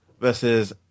Versus